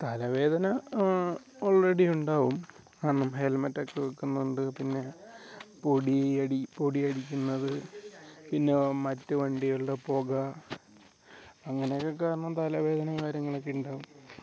തലവേദന ഓൾറെഡി ഉണ്ടാവും കാരണം ഹെൽമറ്റൊക്കെ വെക്കുന്നൊണ്ട് പിന്നെ പൊടി അടി പൊടി അടിക്കുന്നത് പിന്നെ മറ്റ് വണ്ടികളുടെ പുക അങ്ങനെ ഒക്കെ കാരണം തലവേദനേം കാര്യങ്ങൾ ഒക്കെ ഉണ്ടാവും